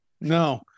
no